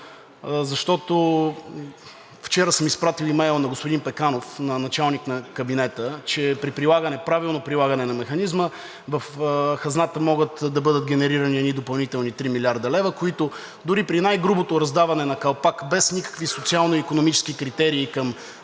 защото вчера сме изпратили имейл на господин Пеканов – на началника на кабинета, че при правилно прилагане на механизма в хазната могат да бъдат генерирани едни допълнителни 3 млрд. лв., които дори при най-грубото раздаване на калпак, без никакви социално-икономически критерии към